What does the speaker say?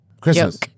Christmas